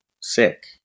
sick